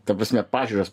ta prasme pažiūras